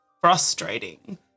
frustrating